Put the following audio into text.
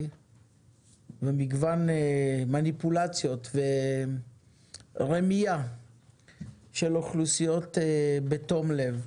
במגוון מניפולציות ורמייה של אוכלוסיות שפועלות בתום-לב.